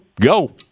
Go